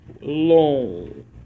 long